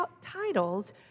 titles